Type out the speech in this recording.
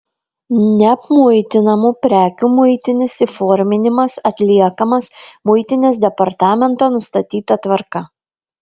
neapmuitinamų prekių muitinis įforminimas atliekamas muitinės departamento nustatyta tvarka